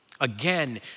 Again